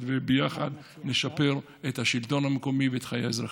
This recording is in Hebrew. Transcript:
וביחד נשפר את השלטון המקומי ואת חיי האזרחים.